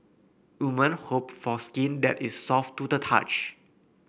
women hope for skin that is soft to the touch